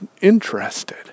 interested